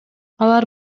алар